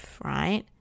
right